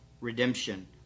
redemption